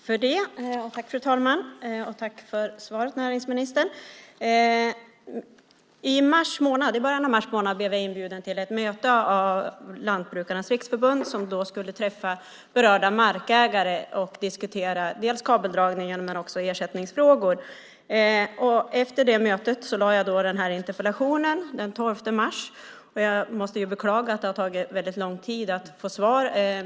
Fru talman! Tack för svaret, näringsministern! I början av mars månad blev jag inbjuden till ett möte av Lantbrukarnas riksförbund som skulle träffa berörda markägare och diskutera dels kabeldragningen, dels ersättningsfrågor. Efter det mötet ställde jag den här interpellationen den 12 mars. Jag måste beklaga att det har tagit väldigt lång tid att få svar.